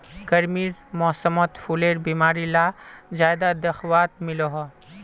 गर्मीर मौसमोत फुलेर बीमारी ला ज्यादा दखवात मिलोह